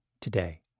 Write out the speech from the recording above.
today